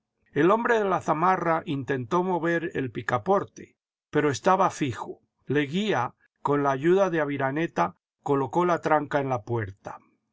el hombre de la zamarra intentó mover el picaporte pero estaba fijo leguía con la ayuda de aviraneta colocó la tranca en la puerta